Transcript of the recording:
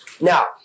Now